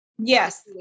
Yes